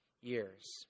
years